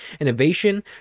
innovation